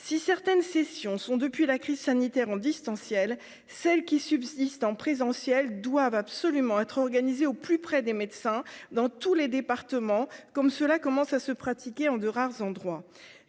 si certaines sessions sont depuis la crise sanitaire en distanciel celles qui subsistent en présentiel doivent absolument être organisées au plus près des médecins dans tous les départements, comme cela commence à se pratiquer en de rares endroits